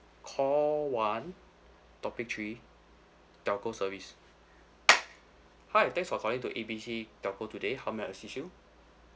call one topic three telco service hi thanks for calling to A B C telco today how may I assist you